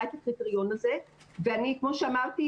כמו שאמרתי,